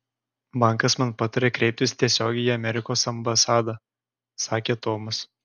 bankas man patarė kreiptis tiesiogiai į amerikos ambasadą sakė tomas